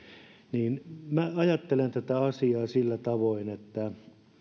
minä ajattelen tätä asiaa sillä tavoin että